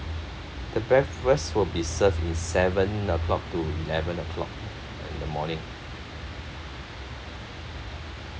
the breakfast will be served in seven O'clock to eleven O'clock in the morning